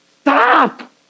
Stop